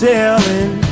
Sailing